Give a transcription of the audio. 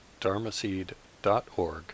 dharmaseed.org